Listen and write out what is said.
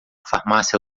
farmácia